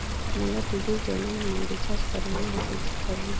मोला TV channel मा recharge करना हे, कइसे करहुँ?